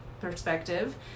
perspective